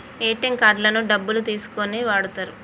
ATM కార్డులను డబ్బులు తీసుకోనీకి వాడతరు